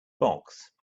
box